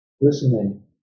listening